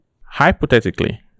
Hypothetically